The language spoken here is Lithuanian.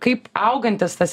kaip augantis tas